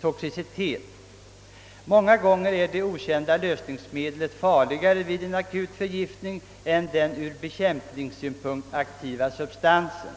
toxicitet. Många gånger är det okända lösningsmedlet farligare vid en akut förgiftning än den ur bekämpningssynpunkt aktiva substansen.